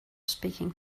speaking